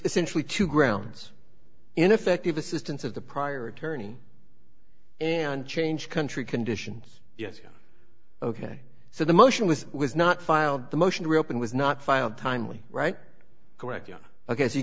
essentially two grounds ineffective assistance of the prior attorney and change country conditions yes ok so the motion with was not filed the motion to reopen was not filed timely right correct yes ok so you